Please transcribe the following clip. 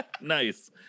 Nice